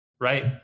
right